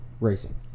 Racing